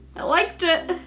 i liked it. ah,